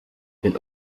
been